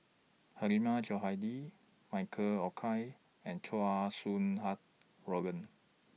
Hilmi Johandi Michael Olcomendy and Chow Sau Hai Roland